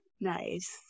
Nice